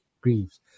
grieves